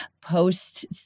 post